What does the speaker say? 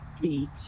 beat